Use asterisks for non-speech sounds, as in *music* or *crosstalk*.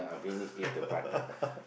*laughs*